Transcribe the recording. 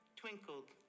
twinkled